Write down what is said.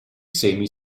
semi